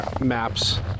maps